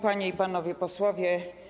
Panie i Panowie Posłowie!